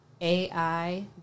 A-I